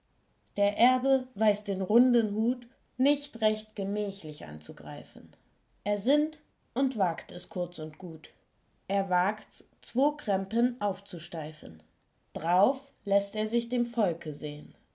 der erbe weiß den runden hut nicht recht gemächlich anzugreifen er sinnt und wagt es kurz und gut er wagts zwo krempen aufzusteifen drauf läßt er sich dem volke sehn